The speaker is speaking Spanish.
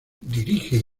dirige